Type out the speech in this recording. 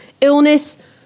Illness